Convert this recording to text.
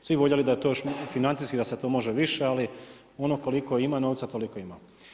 Svi bi voljeli, da je to financijski, da se to može više, ali ono koliko ima novca, toliko ima.